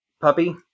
Puppy